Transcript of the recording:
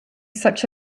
such